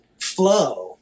flow